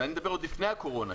ואני מדבר לפני הקורונה,